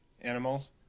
Animals